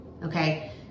Okay